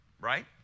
right